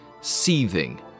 seething